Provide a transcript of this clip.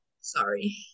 Sorry